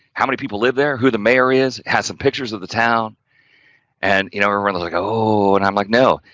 how many people live there, who the mayor is, has some pictures of the town and you know, everyone's like, ohhh and i'm like, no,